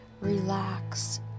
Relax